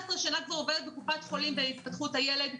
כבר 18 שנה בקופת חולים בהתפתחות הילד,